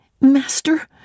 Master